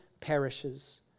perishes